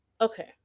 Okay